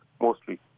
mostly